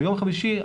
ביום חמישי,